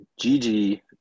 Gigi